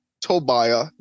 Tobiah